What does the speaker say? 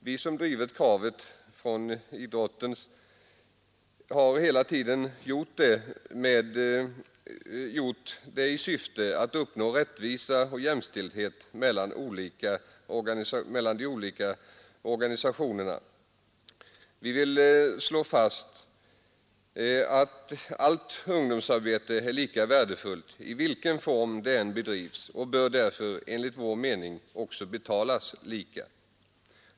Vi som drivit kravet från idrotten har hela tiden gjort det i syfte att uppnå rättvisa och jämställdhet mellan de olika organisationerna. Vi vill slå fast att allt ungdomsarbete är lika värdefullt i vilken form det än bedrivs och bör därför enligt vår mening också betalas lika.